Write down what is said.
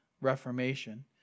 Reformation